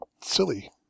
silly